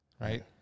right